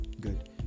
Good